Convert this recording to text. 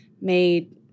made